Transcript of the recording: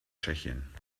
tschechien